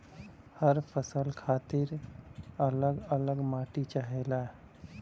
हर फसल खातिर अल्लग अल्लग माटी चाहेला